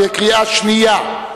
בקריאה שנייה.